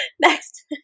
Next